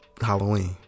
Halloween